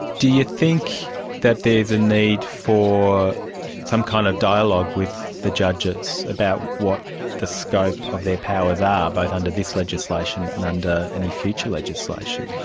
do you think that there is a need for some kind of dialogue with the judges about what the scope of their powers are, both under this legislation and under any future legislation?